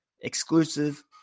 Exclusive